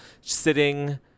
sitting